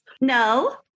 no